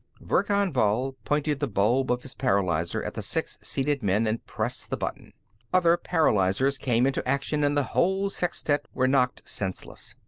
verkan vall pointed the bulb of his paralyzer at the six seated men and pressed the button other paralyzers came into action, and the whole sextet were knocked senseless.